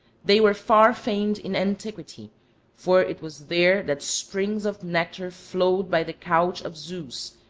they were far famed in antiquity for it was there that springs of nectar flowed by the couch of zeus,